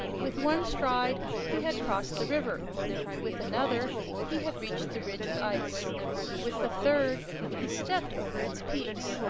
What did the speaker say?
with one stride he had crossed the river with another he had reached the ridge of ice with the third he stepped over its peaks,